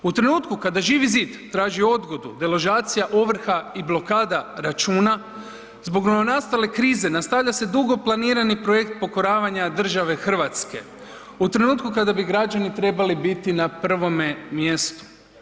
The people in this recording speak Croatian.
U trenutku kada Živi zid traži odgodu deložacija ovrha i blokada računa zbog novonastale krize nastavlja se dugo planirani projekt pokoravanja države Hrvatske, u trenutku kada bi građani trebali biti na prvome mjestu.